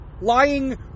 lying